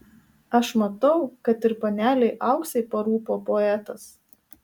aš matau kad ir panelei auksei parūpo poetas